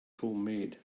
homemade